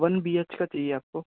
one B H का चाहिए आपको